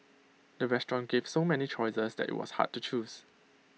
the restaurant gave so many choices that IT was hard to choose